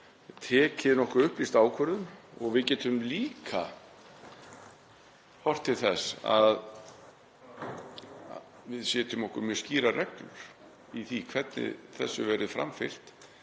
tekið nokkuð upplýsta ákvörðun og við getum líka horft til þess að setja okkur mjög skýrar reglur í því hvernig þessu verður framfylgt,